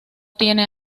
tiene